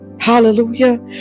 Hallelujah